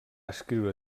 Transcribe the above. escriure